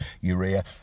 urea